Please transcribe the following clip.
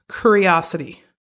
curiosity